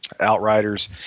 Outriders